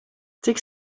cik